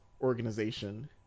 organization